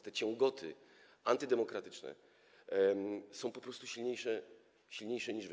Te ciągoty antydemokratyczne są po prostu silniejsze, silniejsze niż wy.